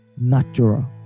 natural